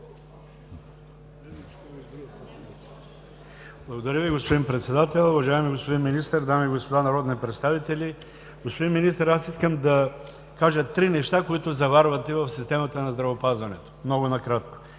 Благодаря, господин Председател. Уважаеми господин Министър, дами и господа народни представители! Господин Министър, аз много накратко искам да кажа три неща, които заварвате в системата на здравеопазването. Първо, нормативен